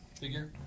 figure